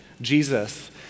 Jesus